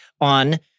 on